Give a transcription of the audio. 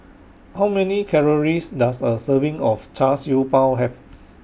How Many Calories Does A Serving of Char Siew Bao Have